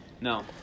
No